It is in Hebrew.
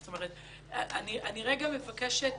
אני רגע מבקשת